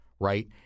Right